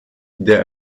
der